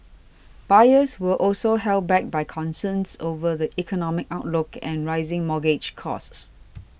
buyers were also held back by concerns over the economic outlook and rising mortgage costs